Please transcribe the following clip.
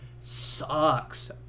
sucks